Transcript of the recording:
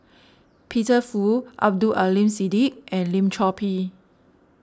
Peter Fu Abdul Aleem Siddique and Lim Chor Pee